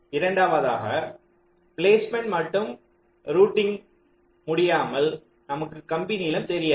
இரண்டாவதாக பிலேஸ்மேன்ட் மற்றும் ரூட்டிங் முடியாமல் நமக்கு கம்பி நீளம் தெரியாது